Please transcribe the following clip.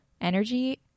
energy